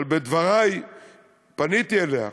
אבל בדברי פניתי אליה,